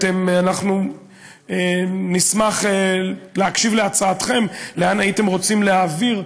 אנחנו נשמח להקשיב להצעתכם לאן הייתם רוצים להעביר,